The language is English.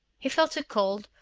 he felt a cold,